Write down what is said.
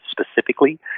specifically